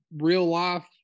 real-life –